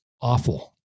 awful